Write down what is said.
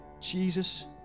Jesus